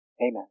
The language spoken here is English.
Amen